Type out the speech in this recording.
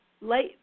Light